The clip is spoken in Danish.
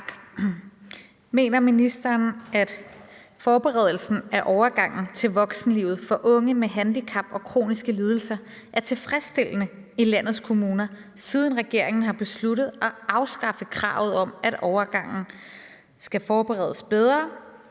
Mener ministeren, at forberedelsen af overgangen til voksenlivet for unge med handicap og kroniske lidelser er tilfredsstillende i landets kommuner, siden regeringen har besluttet at afskaffe kravet om, at overgangen skal forberedes bedre,